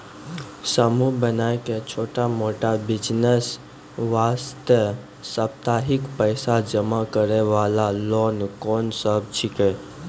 समूह बनाय के छोटा मोटा बिज़नेस वास्ते साप्ताहिक पैसा जमा करे वाला लोन कोंन सब छीके?